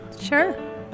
Sure